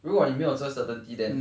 如果你没有 so certainty then